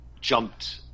jumped